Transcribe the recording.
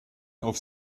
auf